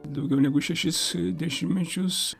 daugiau negu šešis dešimtmečius